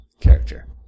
character